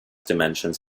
dimensions